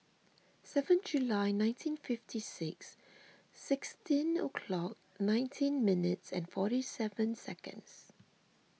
seven July nineteen fifty six sixteen o'clock nineteen minutes and forty seven seconds